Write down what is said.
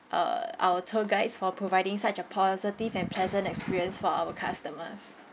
uh our tour guides for providing such a positive and pleasant experience for our customers